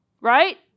Right